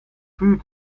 vuur